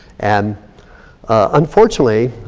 and unfortunately,